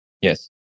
Yes